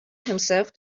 himself